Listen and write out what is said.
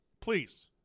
please